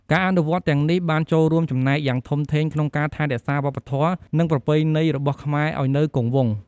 ការអនុវត្តទាំងនេះបានចូលរួមចំណែកយ៉ាងធំធេងក្នុងការ ថែរក្សាវប្បធម៌ និងប្រពៃណីរបស់ខ្មែរឱ្យនៅគង់វង្ស។